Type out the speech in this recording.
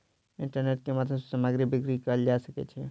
internet के माध्यम सॅ सामग्री बिक्री कयल जा सकै छै